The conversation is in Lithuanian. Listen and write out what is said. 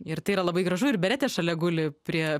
ir tai yra labai gražu ir beretės šalia guli prie